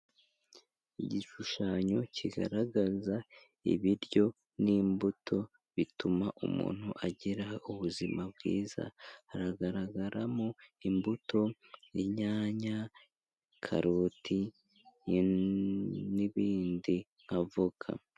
Igishushanyo kigaragaza ibiryo n'imbuto bituma umuntu agira ubuzima bwiza. Hagaragaramo imbuto, inyanya, karoti n'ibindi nka voka.